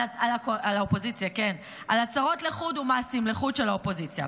על הצהרות לחוד ומעשים לחוד של האופוזיציה.